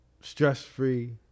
Stress-free